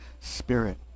Spirit